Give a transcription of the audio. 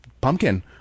pumpkin